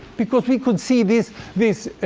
because we could see this this